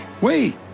Wait